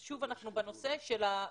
אז שוב אנחנו בנושא הקונסולרי,